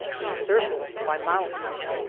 encircled by mountains.